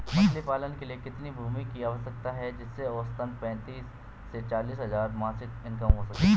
मछली पालन के लिए कितनी भूमि की आवश्यकता है जिससे औसतन पैंतीस से चालीस हज़ार मासिक इनकम हो सके?